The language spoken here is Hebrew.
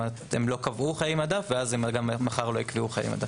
למעט מקרים שבהם הם לא קבעו חיי מדף ואז גם מחר הם לא יקבעו חיי מדף.